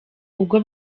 ubwo